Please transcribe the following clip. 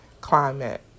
climate